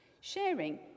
Sharing